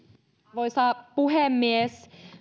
arvoisa puhemies